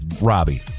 robbie